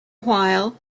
while